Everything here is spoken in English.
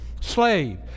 Slave